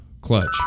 clutch